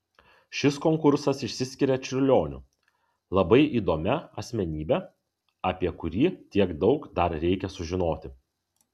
šis konkursas išsiskiria čiurlioniu labai įdomia asmenybe apie kurį tiek daug dar reikia sužinoti